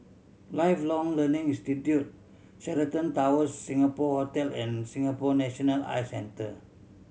Lifelong Learning Institute Sheraton Towers Singapore Hotel and Singapore National Eye Center